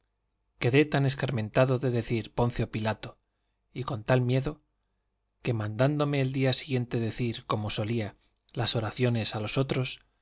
quedé tan escarmentado de decir poncio pilato y con tal miedo que mandándome el día siguiente decir como solía las oraciones a los otros